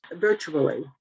virtually